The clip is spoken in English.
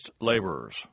laborers